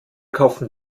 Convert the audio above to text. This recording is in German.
kaufen